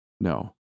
No